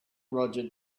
roger